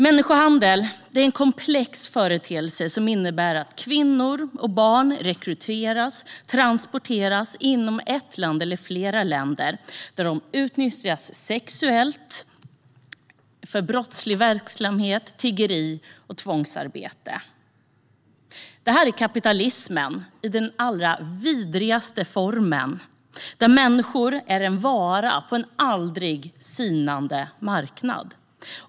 Människohandel är en komplex företeelse som innebär att kvinnor och barn rekryteras och transporteras inom ett land eller mellan flera länder där de utnyttjas sexuellt eller för brottslig verksamhet, tiggeri och tvångsarbete. Detta är kapitalismen i sin vidrigaste form, där människor är varor på en aldrig sinande marknad.